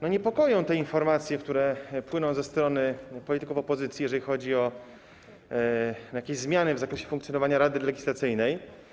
Niepokoją te informacje, które płyną ze strony polityków opozycji, jeżeli chodzi o jakieś zmiany w zakresie funkcjonowania Rady Legislacyjnej.